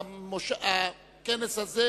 בתום הכנס הזה,